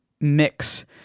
mix